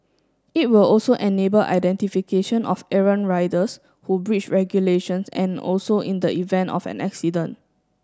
it will also enable identification of errant riders who breach regulations and also in the event of an accident